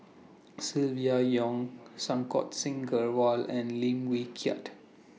Silvia Yong Santokh Singh Grewal and Lim Wee Kiak